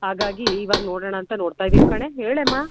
ಹಾಗಾಗಿ ಇವಾಗ ನೋಡೋಣಾಂತ ನೋಡ್ತಾ ಇದೀನಿ ಕಣೆ ಹೇಳೇಮ್ಮ